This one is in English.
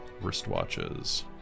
Wristwatches